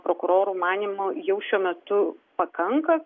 prokurorų manymu jau šiuo metu pakanka